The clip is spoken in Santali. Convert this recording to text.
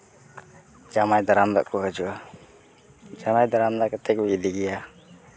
ᱡᱟᱶᱟᱭ ᱫᱟᱨᱟᱢ ᱫᱟᱜ ᱠᱚ ᱦᱟᱹᱡᱩᱜᱼᱟ ᱡᱟᱶᱟᱭ ᱫᱟᱨᱟᱢ ᱫᱟᱜ ᱠᱟᱛᱮ ᱠᱚ ᱤᱫᱤᱭᱮᱭᱟ